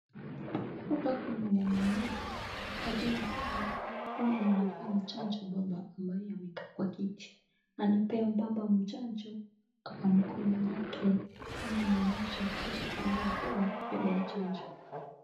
Hapa Kuna mama mmoja akiwa pala kama mwenye anapea chanjo mbaba amekaa Kwa kiti. Anapea mbaba chanjo hapa kwa mkono yake kama ameinua shati lake Ili apewe Kupewa chanjo.